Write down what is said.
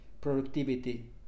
productivity